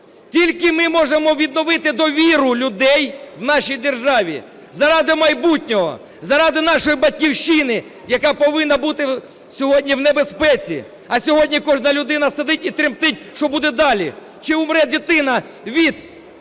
Тільки ми можемо відновити довіру людей в нашій державі заради майбутнього, заради нашої Батьківщини, яка повинна буди сьогодні в небезпеці. А сьогодні кожна людина сидить і тремтить, що буде далі: чи помре дитина від